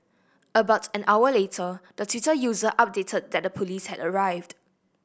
about an hour later the Twitter user updated that the police had arrived